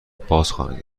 بازخواهند